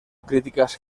críticas